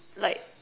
like